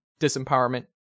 disempowerment